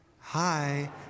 Hi